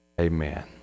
Amen